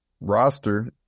roster